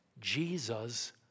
Jesus